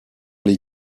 les